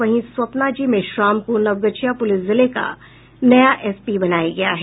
वहीं स्वप्ना जी मेश्राम को नवगछिया पुलिस जिले का नया एसपी बनाया गया है